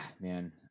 man